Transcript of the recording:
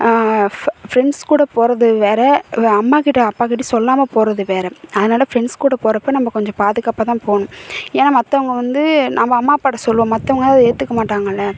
ஃப ஃப்ரெண்ட்ஸ் கூட போகிறது வேறு அம்மாக்கிட்டே அப்பாக்கிட்டேயும் சொல்லாமல் போகிறது வேறு அதனால் ஃப்ரெண்ட்ஸ் கூட போகிறப்ப நம்ம கொஞ்சம் பாதுகாப்பாக தான் போகணும் ஏன்னால் மற்றவங்க வந்து நம்ம அம்மா அப்பாகிட்ட சொல்லுவோம் மற்றவங்க அதை ஏற்றுக்க மாட்டாங்கல்ல